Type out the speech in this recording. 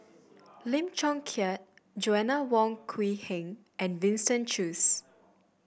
Lim Chong Keat Joanna Wong Quee Heng and Winston Choos